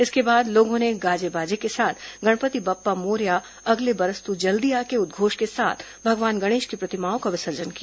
इसके बाद लोगों ने बाजे गाजे के साथ गणपति बप्पा मोरया अगले बरस तू जल्दी आ के उदघोष के साथ भगवान गणेश की प्रतिमाओं का विसर्जन किया